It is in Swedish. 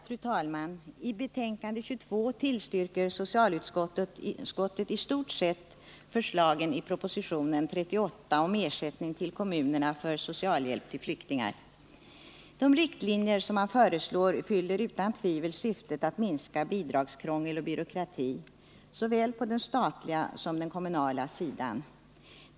Fru talman! I sitt betänkande 1979 80:38 om ersättning till kommunerna för De riktlinjer som man föreslår fyller utan tvivel syftet att minska Torsdagen den bidragskrångel och byråkrati såväl på den statliga som på den kommunala 13 december 1979 sidan.